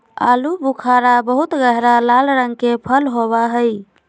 आलू बुखारा बहुत गहरा लाल रंग के फल होबा हई